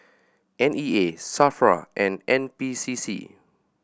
N E A SAFRA and N P C C